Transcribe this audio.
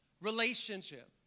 relationship